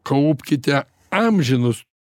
kaupkite amžinus